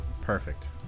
perfect